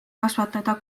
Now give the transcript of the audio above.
kasvatada